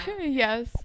yes